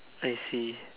I see